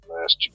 last